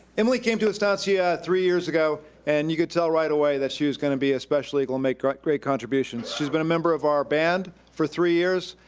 emily came to estancia three years ago. and you could tell right away that she was gonna be a special eagle and make great great contributions. she's been a member of our band for three years,